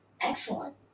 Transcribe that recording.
Excellent